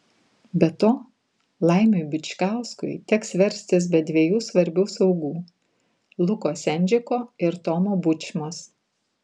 be to laimiui bičkauskui teks verstis be dviejų svarbių saugų luko sendžiko ir tomo bučmos